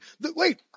wait